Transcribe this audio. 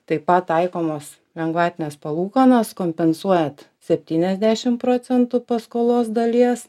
taip pat taikomos lengvatinės palūkanos kompensuojat septyniasdešim procentų paskolos dalies